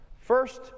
first